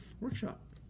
Workshop